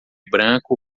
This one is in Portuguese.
branco